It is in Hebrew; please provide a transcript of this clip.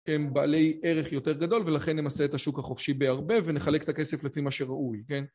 הם בעלי ערך יותר גדול ולכן נמסה את השוק החופשי בהרבה ונחלק את הכסף לפי מה שראוי, כן